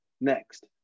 Next